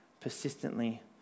persistently